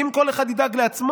כי אם כל אחד ידאג לעצמו,